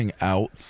out